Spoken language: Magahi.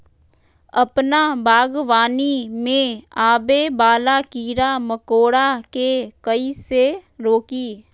अपना बागवानी में आबे वाला किरा मकोरा के कईसे रोकी?